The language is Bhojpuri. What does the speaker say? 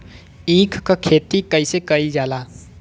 ईख क खेती कइसे कइल जाला?